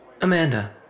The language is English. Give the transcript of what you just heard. Amanda